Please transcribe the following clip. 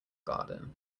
garden